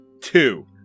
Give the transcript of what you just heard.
two